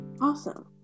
Awesome